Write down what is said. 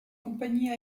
compagnies